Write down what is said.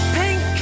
pink